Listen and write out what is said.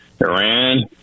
Iran